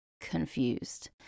confused